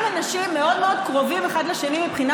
גם אנשים מאוד מאוד קרובים אחד לשני מבחינה